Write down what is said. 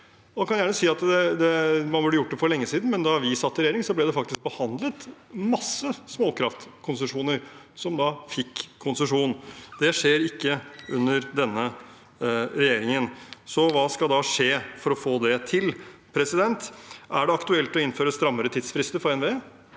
da vi satt i regjering, ble det faktisk behandlet masse småkraftkonsesjoner, virksomheter som da fikk konsesjon. Det skjer ikke under denne regjeringen. Så hva skal skje for å få det til? Er det aktuelt å innføre strammere tidsfrister for NVE?